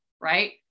Right